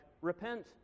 repent